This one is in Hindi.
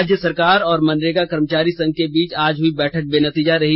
राज्य सरकार और मनरेगा कर्मचारी संघ के बीच आज हुई बैठक बेनतीजा रही